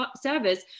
service